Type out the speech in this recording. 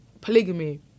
polygamy